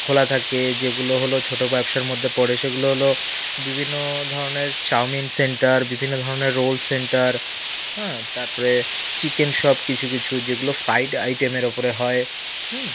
খোলা থাকে যেগুলো হলো ছোটো ব্যবসার মধ্যে পড়ে সেগুলো হলো বিভিন্ন ধরনের চাউমিন সেন্টার বিভিন্ন ধরনের রোল সেন্টার হ্যাঁ তারপরে চিকেন শপ কিছু কিছু যেগুলো ফ্রাইড আইটেমের ওপরে হয় হুম